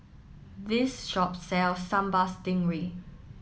this shop sells Sambal Stingray